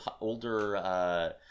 older